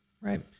right